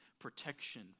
protection